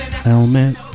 Helmet